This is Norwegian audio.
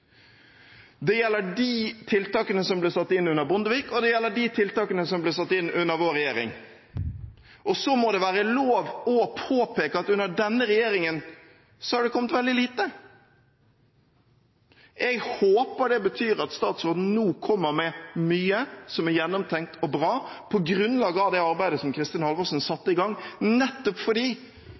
Det gjelder både de tiltakene som ble satt inn under Bondevik, og de tiltakene som ble satt inn under vår regjering. Så må det være lov å påpeke at under denne regjeringen har det kommet veldig lite. Jeg håper det betyr at statsråden nå kommer med mye som er gjennomtenkt og bra, på grunnlag av det arbeidet Kristin Halvorsen satte i gang, nettopp fordi